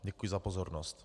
Děkuji za pozornost.